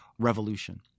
revolution